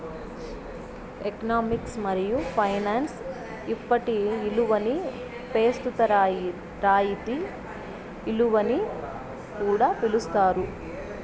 economics మరియు finance ఇప్పటి ఇలువని పెస్తుత రాయితీ ఇలువని కూడా పిలిస్తారు